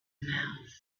mouth